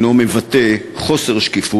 אדוני סגן השר מר פרוש,